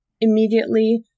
immediately